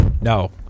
No